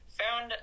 found